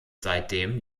seitdem